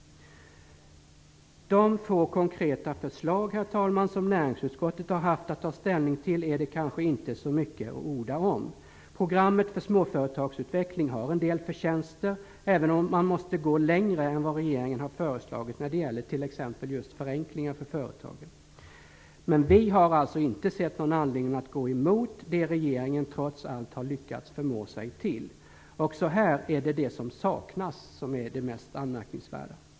De få konkreta förslag, herr talman, som näringsutskottet har haft att ta ställning till är det kanske inte så mycket att orda om. Programmet för småföretagsutveckling har en del förtjänster, även om man måste gå längre än vad regeringen har föreslagit när det gäller t.ex. just förenklingar för företagen. Men vi har alltså inte sett någon anledning att gå emot det regeringen trots allt har lyckats förmå sig till. Också här är det det som saknas som är det mest anmärkningsvärda.